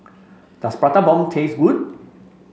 does Prata Bomb taste good